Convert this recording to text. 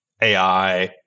ai